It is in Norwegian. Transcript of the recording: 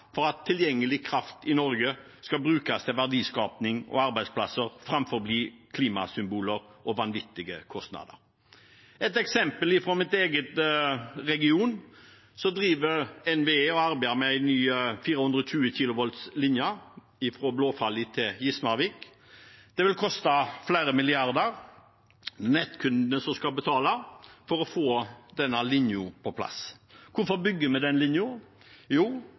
for at tilgjengelig kraft i Norge skal brukes til verdiskaping og arbeidsplasser framfor å bli klimasymboler til vanvittig høye kostnader. Et eksempel fra min egen region: Der driver NVE og arbeider med en ny 420 kV linje fra Blåfalli til Gismarvik. Det vil koste flere milliarder kroner, det er nettkundene som skal betale for å få denne linjen på plass. Hvorfor bygger vi den linjen? Jo,